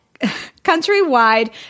Countrywide